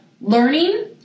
learning